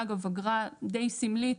אגב, אגרה די סמלית,